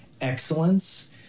excellence